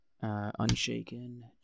Unshaken